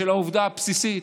בשל העובדה הבסיסית